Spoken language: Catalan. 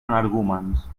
energúmens